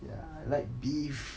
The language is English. ya I like beef